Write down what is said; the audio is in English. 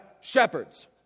shepherds